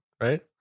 right